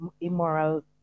immoral